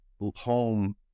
home